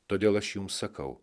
todėl aš jums sakau